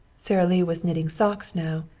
sara lee was knitting socks now,